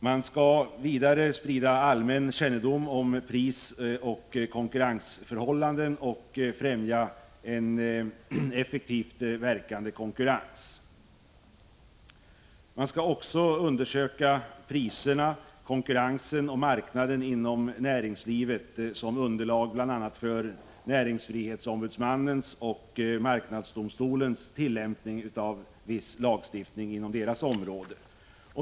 SPK skall vidare sprida allmän kännedom om prisoch konkurrensförhållanden och främja en effektivt verkande konkurrens. Man skall också undersöka priserna, konkurrensen och marknaden inom näringslivet som underlag bl.a. för näringsfrihetsombudsmannens och marknadsdomstolens tillämpning av viss lagstiftning inom deras områden.